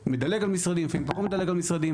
הוא מדלג על משרדים, לפעמים פחות מדלג על משרדים.